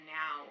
now